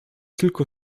tylko